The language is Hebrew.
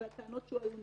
את הטענות שהועלו נגדו,